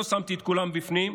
לא שמתי את כולם בפנים,